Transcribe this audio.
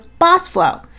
BossFlow